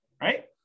right